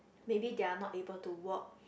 maybe they're not able to work